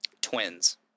Twins